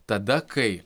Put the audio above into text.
tada kai